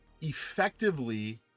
effectively